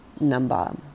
number